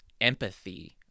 empathy